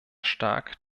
stark